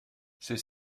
c’est